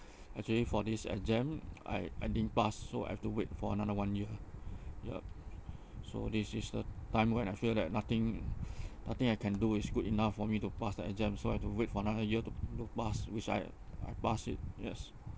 actually for this exam I I didn't pass so I've to wait for another one year yup so this is the time when I feel that nothing nothing I can do is good enough for me to pass the exam so I've to wait for another year to pass which I I pass it yes